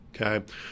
okay